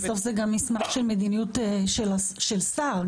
בסוף זה גם מסמך של מדיניות של שר.